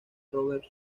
rovers